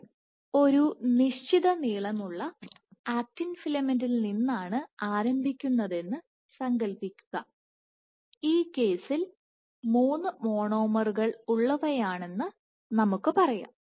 നിങ്ങൾ ഒരു നിശ്ചിത നീളമുള്ള ഒരു ആക്റ്റിൻ ഫിലമെന്റിൽ നിന്നാണ് ആരംഭിക്കുന്നതെന്ന് സങ്കൽപ്പിക്കുക ഈ കേസിൽ മൂന്ന് മോണോമറുകുകൾ ഉള്ളവയാണെന്ന് നമുക്ക് പറയാം